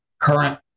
current